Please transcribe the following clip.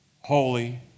holy